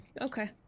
Okay